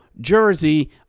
jersey